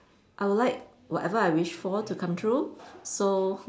I would like whatever I wish for to come true so